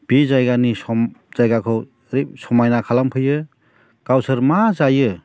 बे जायगानि सम जायगाखौ समायना खालामफैयो गावसोर मा जायो